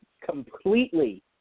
completely